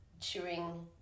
chewing